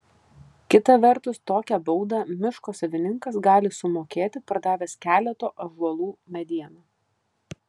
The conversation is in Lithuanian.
kita vertus tokią baudą miško savininkas gali sumokėti pardavęs keleto ąžuolų medieną